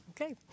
okay